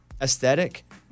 aesthetic